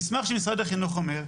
מסמך של משרד החינוך אומר,